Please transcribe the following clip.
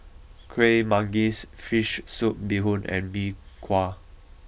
Kuih Manggis Fish Soup Bee Hoon and Mee Kuah